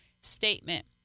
statement